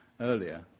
earlier